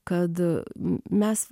kad mes